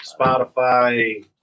Spotify